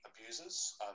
abusers